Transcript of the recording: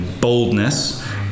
boldness